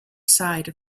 side